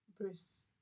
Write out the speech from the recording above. Bruce